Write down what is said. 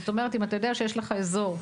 זאת אומרת: אם אתה יודע שיש לך אזור,